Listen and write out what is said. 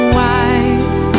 wife